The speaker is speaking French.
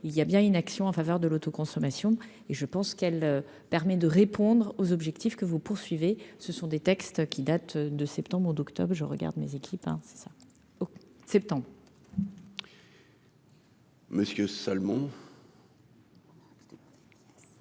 il y a bien une action en faveur de l'autoconsommation, et je pense qu'elle permet de répondre aux objectifs que vous poursuivez, ce sont des textes qui datent de septembre ou d'octobre je regarde mes équipes, hein, c'est ça : septembre. Monsieur Salmon.